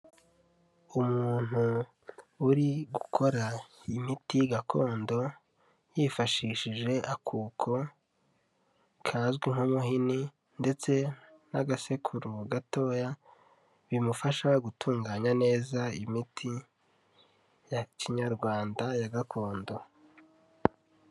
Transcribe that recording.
Umuntu uri gukora imiti gakondo yifashishije akuko kazwi nk'umuhini ndetse n'agasekuru gatoya bimufasha gutunganya neza imiti ya Kinyarwanda ya gakondo.